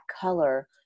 color